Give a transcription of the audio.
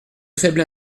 faible